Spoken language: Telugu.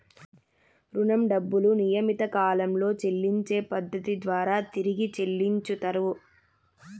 రుణం డబ్బులు నియమిత కాలంలో చెల్లించే పద్ధతి ద్వారా తిరిగి చెల్లించుతరు